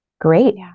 Great